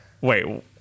Wait